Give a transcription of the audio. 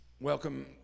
welcome